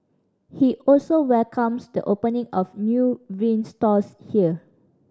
he also welcomes the opening of new vinyl stores here